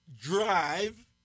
drive